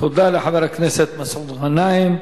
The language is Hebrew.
תודה לחבר הכנסת מסעוד גנאים.